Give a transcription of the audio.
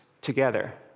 together